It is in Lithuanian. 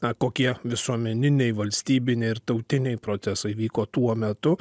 na kokie visuomeniniai valstybiniai ir tautiniai procesai vyko tuo metu